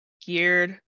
geared